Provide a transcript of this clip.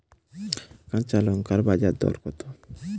কাঁচা লঙ্কার বাজার দর কত?